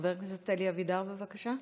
חבר הכנסת אלי אבידר, בבקשה.